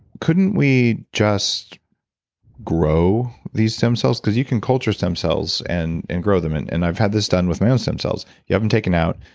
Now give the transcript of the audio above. couldn't we just grow these stem cells? cause you can culture stem cells and and grow them. and and i've had this done with my own stem cells. you have them and taken out,